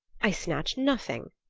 i snatched nothing,